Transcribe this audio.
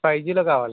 five జిలో కావాలండి